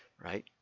right